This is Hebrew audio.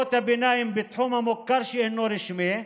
בחטיבות הביניים בתחום המוכר שאינו רשמי,